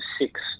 six